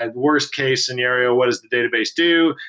and worst-case scenario, what does database do?